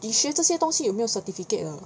你学这些东西有没有 certificate 的